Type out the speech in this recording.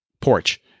porch